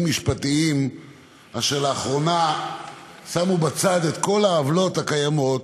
משפטיים שלאחרונה שמו בצד את כל העוולות הקיימות